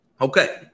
Okay